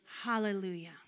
Hallelujah